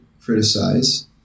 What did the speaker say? criticize